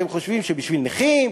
אתם חושבים שבשביל נכים?